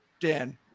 Dan